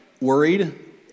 worried